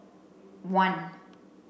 one